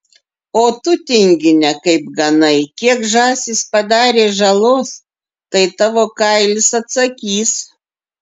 o tu tingine kaip ganai kiek žąsys padarė žalos tai tavo kailis atsakys